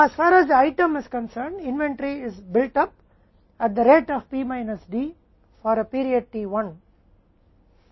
इसलिए जहां तक आइटम माना जाता है कि इन्वेंट्री P माइनस D की दर से बनाई गई है अवधि t1 के लिए